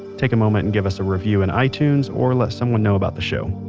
take a moment and give us a review in itunes or let someone know about the show.